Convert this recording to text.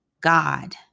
God